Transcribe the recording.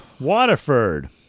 Waterford